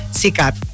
sikat